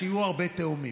שיהיו הרבה תאומים.